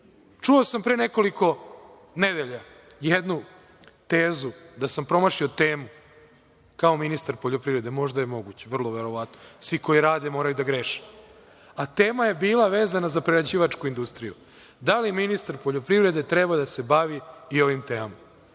sam pre nekoliko nedelja jednu tezu da sam promašio temu kao ministar poljoprivrede. Možda je moguće, vrlo verovatno. Svi koji rade moraju i da greše. A tema je bila vezana za prerađivačku industriju - da li ministar poljoprivrede treba da se bavi i ovim temama?